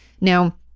Now